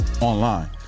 online